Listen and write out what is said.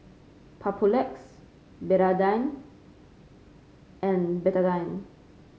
Papulex Betadine and Betadine